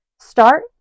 Start